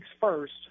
first